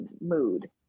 mood